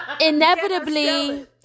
inevitably